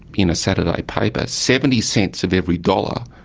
in a saturday paper, seventy cents of every dollar